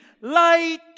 Light